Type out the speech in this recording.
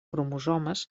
cromosomes